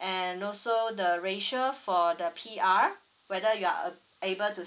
and also the racial for the P_R whether you are uh able to